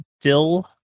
dill